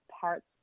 parts